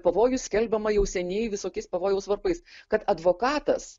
pavojus skelbiama jau seniai visokiais pavojaus varpais kad advokatas